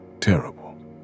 terrible